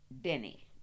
Denny